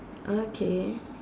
okay